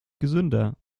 gesünder